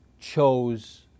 chose